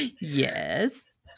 yes